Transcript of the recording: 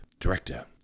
Director